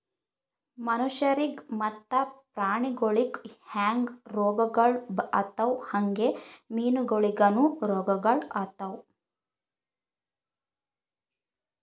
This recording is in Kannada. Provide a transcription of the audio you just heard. ಮನುಷ್ಯರಿಗ್ ಮತ್ತ ಪ್ರಾಣಿಗೊಳಿಗ್ ಹ್ಯಾಂಗ್ ರೋಗಗೊಳ್ ಆತವ್ ಹಂಗೆ ಮೀನುಗೊಳಿಗನು ರೋಗಗೊಳ್ ಆತವ್